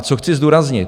Co chci zdůraznit.